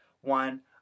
One